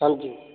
ਹਾਂਜੀ